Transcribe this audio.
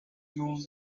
noon